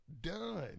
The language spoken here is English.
Done